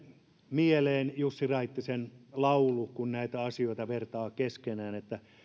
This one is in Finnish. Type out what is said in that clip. mieleen jussi raittisen laulu kun näitä asioita vertaa keskenään